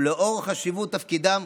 ולאור חשיבות תפקידם,